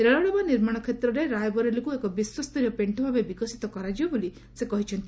ରେଳ ଡବା ନିର୍ମାଣ କ୍ଷେତ୍ରରେ ରାଏବରେଲିକୁ ଏକ ବିଶ୍ୱସ୍ତରୀୟ ପେଣ୍ଠ ଭାବେ ବିକଶିତ କରାଯିବ ବୋଲି ସେ କହିଛନ୍ତି